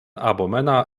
abomena